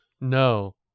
No